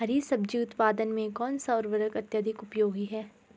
हरी सब्जी उत्पादन में कौन सा उर्वरक अत्यधिक उपयोगी है?